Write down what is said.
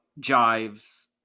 jives